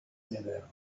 anywhere